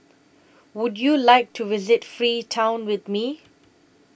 Would YOU like to visit Freetown with Me